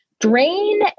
drain